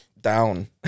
down